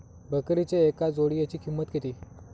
बकरीच्या एका जोडयेची किंमत किती?